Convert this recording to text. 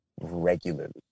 regularly